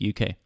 UK